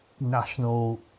national